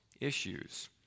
issues